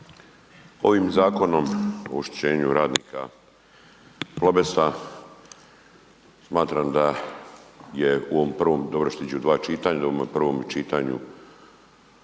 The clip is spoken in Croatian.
Ovim Zakonom o obeštećenju radnika Plobesta smatram da je u ovom prvom, dobro je što iđu dva čitanja, da je u ovom prvom čitanju